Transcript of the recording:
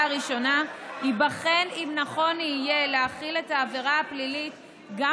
הראשונה ייבחן אם נכון יהיה להחיל את העבירה הפלילית גם